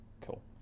Cool